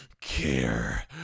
care